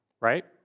right